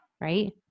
right